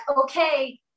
okay